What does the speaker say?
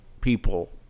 people